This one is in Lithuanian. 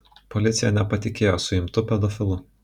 policija nepatikėjo suimtu pedofilu